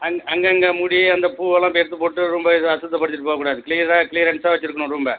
அங் அங்கங்க முடி அந்த பூவெல்லாம் பேத்து போட்டு ரொம்ப இதாக அசுத்தப்படுத்திகிட்டு போக்கூடாது க்ளீயராக க்ளீயரன்ஸ்ஸா வச்சுருக்கணும் ரூம்பை